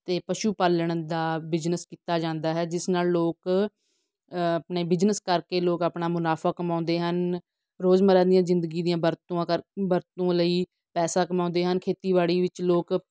ਅਤੇ ਪਸ਼ੂ ਪਾਲਣ ਦਾ ਬਿਜਨਸ ਕੀਤਾ ਜਾਂਦਾ ਹੈ ਜਿਸ ਨਾਲ ਲੋਕ ਆਪਣੇ ਬਿਜਨਸ ਕਰਕੇ ਲੋਕ ਆਪਣਾ ਮੁਨਾਫਾ ਕਮਾਉਂਦੇ ਹਨ ਰੋਜ਼ਮਰਾਂ ਦੀਆਂ ਜ਼ਿੰਦਗੀ ਦੀਆਂ ਵਰਤੋਆਂ ਕਰ ਵਰਤੋਂ ਲਈ ਪੈਸਾ ਕਮਾਉਂਦੇ ਹਨ ਖੇਤੀਬਾੜੀ ਵਿੱਚ ਲੋਕ